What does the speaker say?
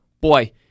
boy